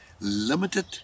limited